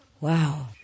wow